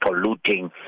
polluting